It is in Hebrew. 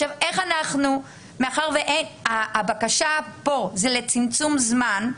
עכשיו, איך אנחנו, מאחר שהבקשה פה היא לצמצום זמן,